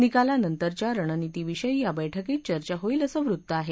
निकालानंतरच्या रणनितीविषयी या बैठकीत चर्चा होईल असं वृत्त आहे